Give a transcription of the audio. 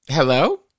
Hello